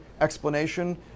explanation